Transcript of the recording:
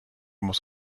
muss